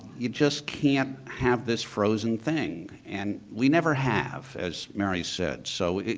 you just can't have this frozen thing and we never have as mary said. so,